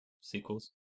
sequels